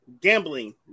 gambling